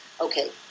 okay